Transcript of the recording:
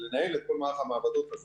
לנהל את כל מערך המעבדות הזה